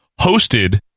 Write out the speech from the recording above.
hosted